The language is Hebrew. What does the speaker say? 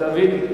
דוד,